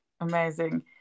amazing